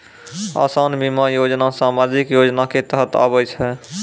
असान बीमा योजना समाजिक योजना के तहत आवै छै